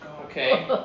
Okay